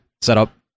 setup